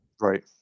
Right